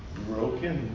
broken